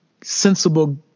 sensible